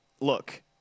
look